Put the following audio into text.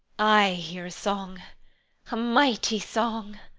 i hear a song a mighty song!